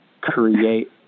create